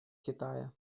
китая